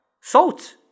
Salt